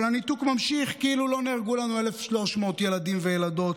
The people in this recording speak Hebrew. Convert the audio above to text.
אבל הניתוק נמשך כאילו לא נהרגו לנו 1,300 ילדים וילדות